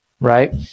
right